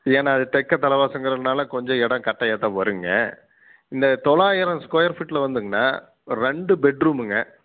ஏன்னா தெற்க தல வாசலுங்குறதுனால கொஞ்சம் இடம் கட்டையாக தான் வருங்க இந்த தொள்ளாயிரம் ஸ்கொயர் ஃபீட்டில் வந்துங்க அண்ணா ரெண்டு பெட் ரூம்ங்க